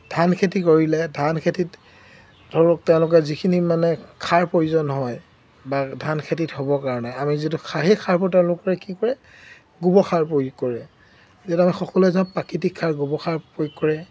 ধানখেতি কৰিলে ধানখেতিত ধৰক তেওঁলোকে যিখিনি মানে সাৰ প্ৰয়োজন হয় বা ধান খেতিত হ'বৰ কাৰণে আমি যিটো সেই সাৰবোৰ তেওঁলোকে কি কৰে গোবৰ সাৰ প্ৰয়োগ কৰে যিহেতু আমি সকলোৱে জানোঁ প্ৰাকৃতিক সাৰ গোবৰ সাৰ প্ৰয়োগ কৰে